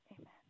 amen